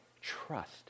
trust